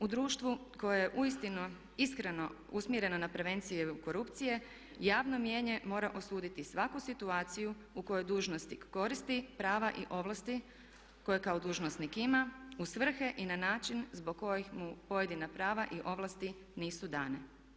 U društvu koje je uistinu iskreno usmjereno na prevenciju korupcije javno mnijenje mora osuditi svaku situaciju u kojoj dužnosnik koristi prava i ovlasti koje kao dužnosnik ima u svrhe i na način zbog kojih mu pojedina prava i ovlasti nisu dane.